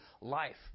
life